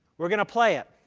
we're going to play it.